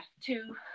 two